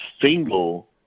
single